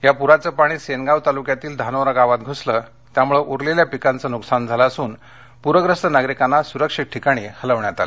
या पुराचं पाणी सेनगाव तालुक्यातील धानोरा गावात घुसल त्यामुळे उरलेल्या पिकांचं नुकसान झालं असून पूरग्रस्त नागरिकांना सूरक्षित ठिकाणी हलवण्यात आलं